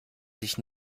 sich